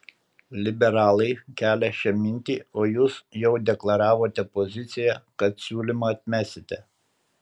liberalai kelią šią mintį o jūs jau deklaravote poziciją kad siūlymą atmesite